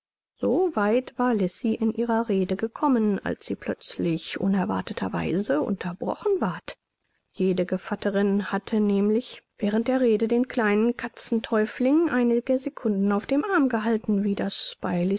weit war lisi in ihrer rede gekommen als sie plötzlich unerwarteter weise unterbrochen ward jede gevatterin hatte nämlich während der rede den kleinen katzen täufling einige secunden auf dem arm gehalten wie das